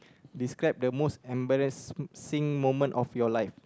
describe the most embarrassing moment of your life